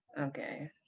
okay